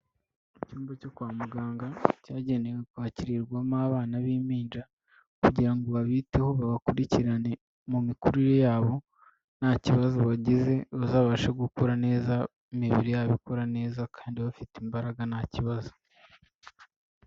Icyumba cyo kwa muganga cyagenewe kwakirwamo abana b'impinja kugira ngo babiteho babakurikirane mu mikurire yabo, nta kibazo bagize bazabashe gukura neza imibiri yabo ikora neza kandi bafite imbaraga nta kibazo.